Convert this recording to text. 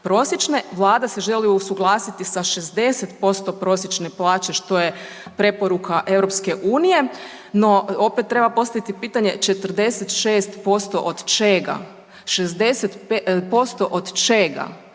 Vlada se želi usuglasiti sa 60% prosječne plaće što je preporuka EU. No opet treba postaviti pitanje 46% od čega?